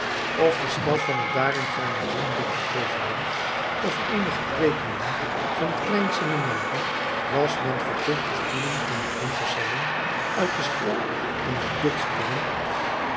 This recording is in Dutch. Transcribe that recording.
of den staf van het daarin garnizoen liggend regiment of eenige kweekelingen van het klein seminarie was men verplicht de stoelen van het wintersalon uit den stal en de bidstoelen